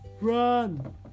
Run